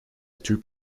typ